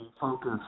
focus